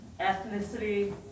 ethnicity